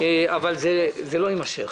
אבל זה לא יימשך.